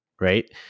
Right